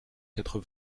quatre